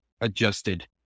adjusted